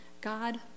God